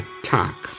attack